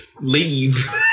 leave